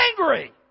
angry